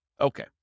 Okay